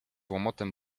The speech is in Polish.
łomotem